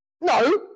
No